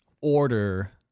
order